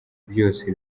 byose